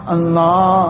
Allah